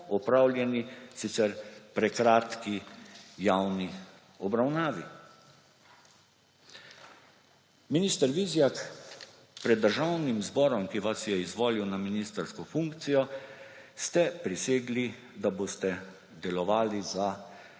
opravljeni sicer prekratki javni obravnavi. Minister Vizjak, pred Državnim zborom, ki vas je izvolil na ministrsko funkcijo, ste prisegli, da boste delovali za